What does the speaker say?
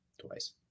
twice